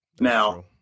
Now